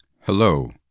Hello